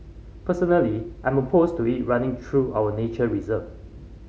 personally I'm opposed to it running through our nature reserve